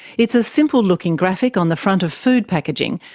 it's a simple-looking graphic on the front of food packaging,